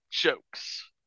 Jokes